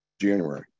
January